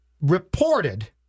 reported